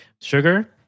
Sugar